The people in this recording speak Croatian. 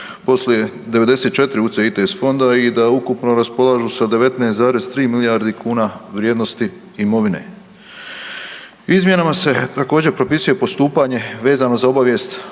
poslije 94 UCITS fonda i da ukupno raspolažu sa 19,3 milijardi kuna vrijednosti imovine. Izmjenama se također propisuje postupanje vezano za obavijest